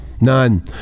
None